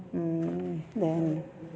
mm then